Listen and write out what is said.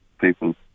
people